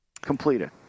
completed